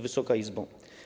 Wysoka Izbo!